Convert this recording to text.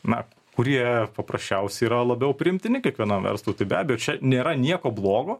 na kurie paprasčiausiai yra labiau priimtini kiekvienam verslui tai be abejo čia nėra nieko blogo